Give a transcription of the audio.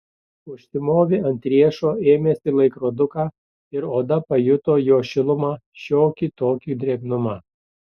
užsimovė ant riešo ėmėsi laikroduką ir oda pajuto jo šilumą šiokį tokį drėgnumą